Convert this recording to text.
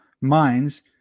minds